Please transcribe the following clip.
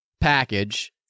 package